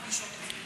משהו אחר.